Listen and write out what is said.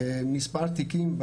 מספר תיקים.